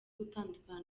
gutandukana